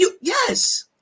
Yes